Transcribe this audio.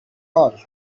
all